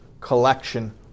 collection